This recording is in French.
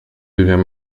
devient